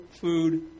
food